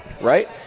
right